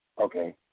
Okay